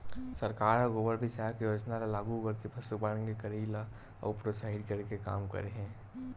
सरकार ह गोबर बिसाये के योजना ल लागू करके पसुपालन के करई ल अउ प्रोत्साहित करे के काम करे हे